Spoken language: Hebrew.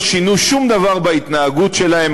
לא שינו שום דבר בהתנהגות שלהם,